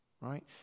right